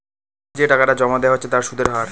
যে টাকাটা জমা দেওয়া হচ্ছে তার সুদের হার